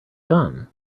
gun